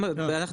ההצעה פה הייתה,